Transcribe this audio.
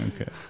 Okay